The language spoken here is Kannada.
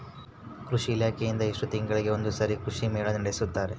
ಕೃಷಿ ಇಲಾಖೆಯಿಂದ ಎಷ್ಟು ತಿಂಗಳಿಗೆ ಒಂದುಸಾರಿ ಕೃಷಿ ಮೇಳ ನಡೆಸುತ್ತಾರೆ?